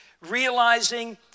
realizing